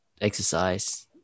exercise